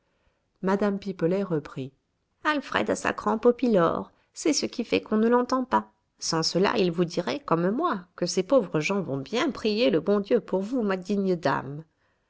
reprit alfred a sa crampe au pylore c'est ce qui fait qu'on ne l'entend pas sans cela il vous dirait comme moi que ces pauvres gens vont bien prier le bon dieu pour vous ma digne dame